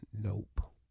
Nope